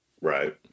Right